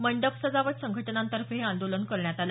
मंडप सजावट संघटनांतर्फे हे आंदोलन करण्यात आलं